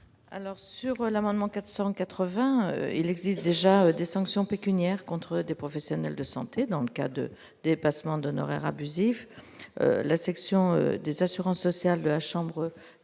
sur l'amendement 480 il existe déjà des sanctions pécuniaires contre des professionnels de santé, dans le cas de dépassements d'honoraires abusifs, la section des assurances sociales, de la Chambre